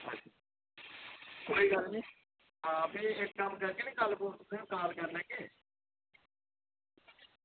कोई गल्ल नी भी कल्ल करगे नी भी कल्ल कार करी लैगे